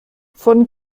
von